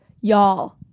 y'all